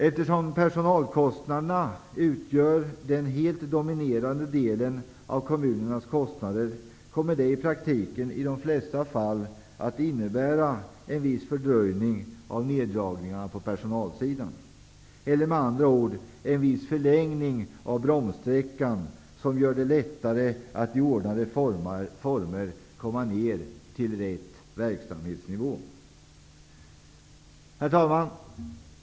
Eftersom personalkostnaderna utgör den helt dominerande delen av kommunernas kostnader kommer det i praktiken i de flesta fall att innebära en viss fördröjning av neddragningarna på personalsidan eller -- med andra ord -- en viss förlängning av bromssträckan som gör det lättare att i ordnade former komma ner till rätt verksamhetsnivå. Herr talman!